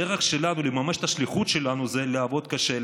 הדרך שלנו לממש את השליחות שלנו היא לעבוד קשה,